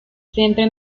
siempre